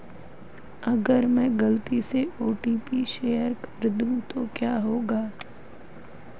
अगर मैं गलती से ओ.टी.पी शेयर कर दूं तो क्या होगा?